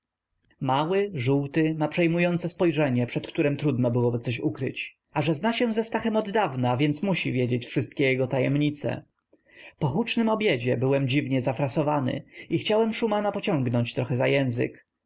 mały żółty ma przejmujące spojrzenie przed którem trudnoby coś ukryć a że zna się ze stachem od dawna więc musi wiedzieć wszystkie jego tajemnice po hucznym obiedzie byłem dziwnie zafrasowany i chciałem szumana pociągnąć trochę za język